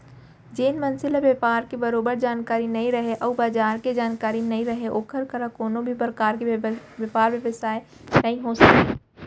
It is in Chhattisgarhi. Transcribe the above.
जेन मनसे ल बयपार के बरोबर जानकारी नइ रहय अउ बजार के जानकारी नइ रहय ओकर करा कोनों भी परकार के बयपार बेवसाय नइ हो सकय